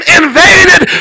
invaded